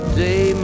day